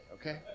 okay